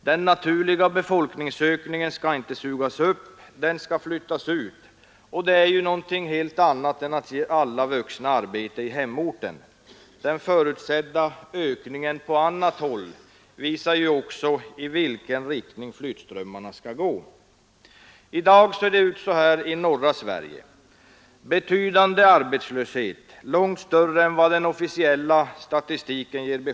Den naturliga befolkningsökningen skall inte sugas upp, den skall flyttas ut, och det är ju någonting helt annat än att alla vuxna skall få arbete i hemorten. Den förutsedda ökningen på annat håll visar i vilken riktning flyttningsströmmarna skall gå. I dag ser det ut så här i norra Sverige: Betydande arbetslöshet, långt större än den officiella statistiken.